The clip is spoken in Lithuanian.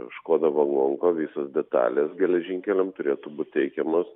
škoda vagonka visos detalės geležinkeliam turėtų būti teikiamos